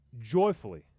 joyfully